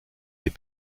des